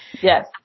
Yes